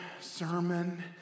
sermon